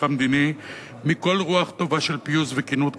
המדיני מכל רוח טובה של פיוס וכנות כוונות,